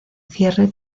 cierre